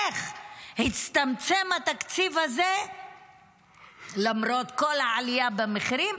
איך הצטמצם התקציב הזה למרות כל העלייה במחירים,